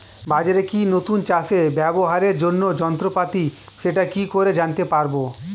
বাজারে কি নতুন চাষে ব্যবহারের জন্য যন্ত্রপাতি সেটা কি করে জানতে পারব?